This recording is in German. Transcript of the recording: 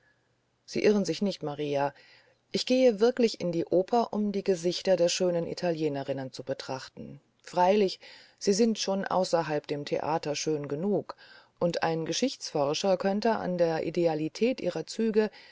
sie irren sich nicht maria ich gehe wirklich in die oper um die gesichter der schönen italienerinnen zu betrachten freilich sie sind schon außerhalb dem theater schön genug und ein geschichtsforscher konnte an der idealität ihrer züge